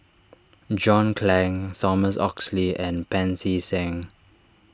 John Clang Thomas Oxley and Pancy Seng